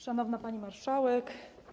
Szanowna Pani Marszałek!